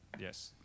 Yes